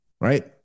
right